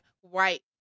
white